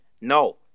No